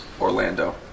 Orlando